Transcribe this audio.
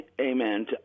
Amen